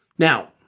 Now